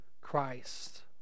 Christ